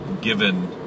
given